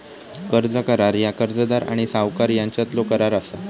कर्ज करार ह्या कर्जदार आणि सावकार यांच्यातलो करार असा